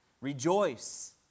Rejoice